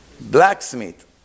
Blacksmith